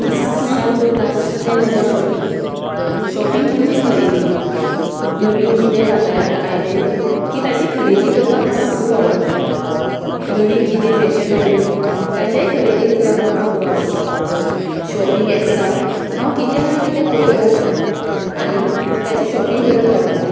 म्हाका खुशाल करता तें म्हळ्यार शॉपिंग शॉपिंग म्हणजे खरेदी नवीन कितें बाजारांत आयले की ताची खरेदी करपाक म्हाका खूब आवडटा नवीन कितें फेशन आयली ताचेय खरेदी करपाक म्हाका खूब आवडटा शॉपिंग एपसांर हांव कितें ना कितें पळयत आसता आनी ताची शॉपिंग करत रावतां